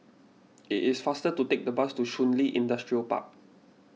it is faster to take the bus to Shun Li Industrial Park